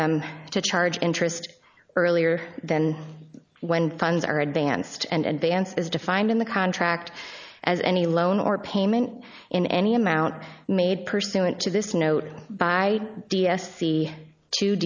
them to charge interest earlier than when funds are advanced and advanced as defined in the contract as any loan or payment in any amount made pursuant to this note by d s c t